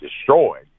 destroyed